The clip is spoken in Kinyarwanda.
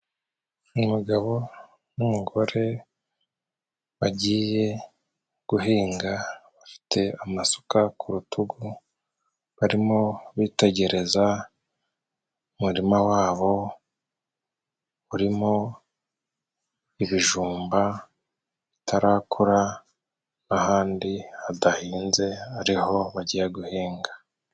Umugabo n'umugore bagiye guhinga bafite amasuka ku rutugu, barimo bitegereza umurima wabo urimo ibijumba bitarakura, ahandi hadahinze ariho bagiye guhinga.